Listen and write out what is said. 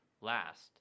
last